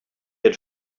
had